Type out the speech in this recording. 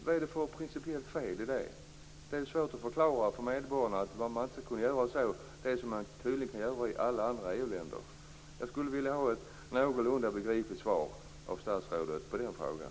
Vad är det för principiellt fel i det? Det är svårt att förklara för medborgarna varför man inte skall kunna göra det som man tydligen kan göra i alla andra EU-länder. Jag skulle vilja ha ett någorlunda begripligt svar av statsrådet på den frågan.